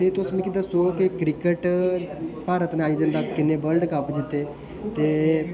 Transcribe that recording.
ते तुस मिगी दस्सो के क्रिकेट भारत ने अजें तक किन्ने वर्ल्ड कप जित्ते ते